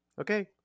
Okay